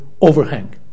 overhang